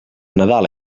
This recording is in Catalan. nadal